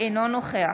אינו נוכח